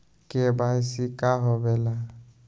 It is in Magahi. के.वाई.सी का होवेला?